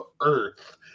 Earth